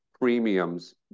premiums